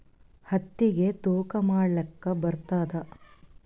ಹತ್ತಿಗಿ ತೂಕಾ ಮಾಡಲಾಕ ಬರತ್ತಾದಾ?